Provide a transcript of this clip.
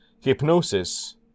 Hypnosis